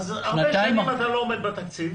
הרבה שנים אתה לא עומד בתקציב.